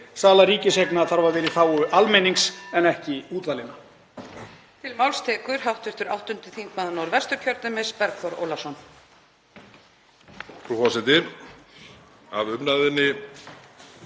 Sala ríkiseigna þarf að vera í þágu almennings en ekki útvalinna.